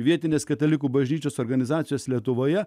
vietinės katalikų bažnyčios organizacijos lietuvoje